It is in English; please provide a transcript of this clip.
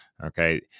Okay